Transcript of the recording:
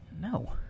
No